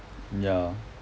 ya